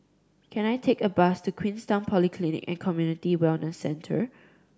can I take a bus to Queenstown Polyclinic And Community Wellness Center